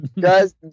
guys